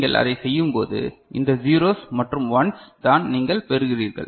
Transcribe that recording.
நீங்கள் அதைச் செய்யும்போது இந்த 0ஸ் மற்றும் 1ஸ் தான் நீங்கள் பெறுகிறீர்கள்